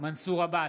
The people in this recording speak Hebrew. מנסור עבאס,